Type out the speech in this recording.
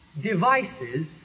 devices